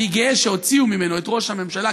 אני גאה שהוציאו ממנו את ראש הממשלה,